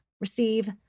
receive